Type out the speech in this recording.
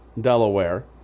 Delaware